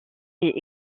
est